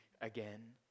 again